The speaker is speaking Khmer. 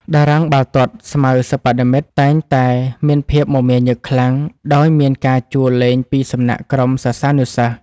តារាងបាល់ទាត់ស្មៅសិប្បនិម្មិតតែងតែមានភាពមមាញឹកខ្លាំងដោយមានការជួលលេងពីសំណាក់ក្រុមសិស្សានុសិស្ស។